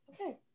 okay